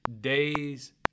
days